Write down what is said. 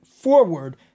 forward